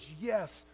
Yes